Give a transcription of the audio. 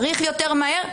צריך יותר מהר,